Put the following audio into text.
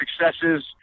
successes